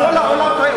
כל העולם טועה?